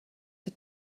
had